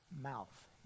mouth